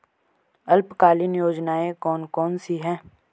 अल्पकालीन योजनाएं कौन कौन सी हैं?